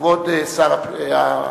כבוד שר הפנים.